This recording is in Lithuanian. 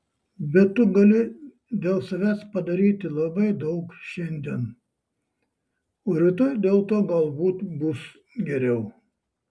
bet tu gali dėl savęs padaryti labai daug šiandien o rytoj dėl to galbūt bus geriau